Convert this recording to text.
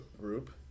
group